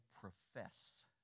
profess